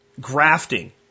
Grafting